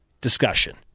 discussion